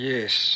Yes